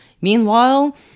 Meanwhile